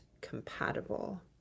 compatible